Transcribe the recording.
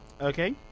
Okay